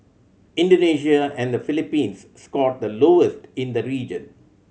Indonesia and the Philippines scored the lowest in the region